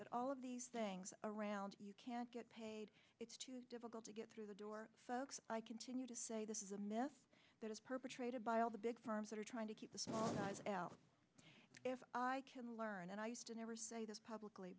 that all of these things around you can't get paid it's too difficult to get through the door folks i continue to say this is a myth that is perpetrated by all the big firms that are trying to keep this all out if i can learn and i used to never say this publicly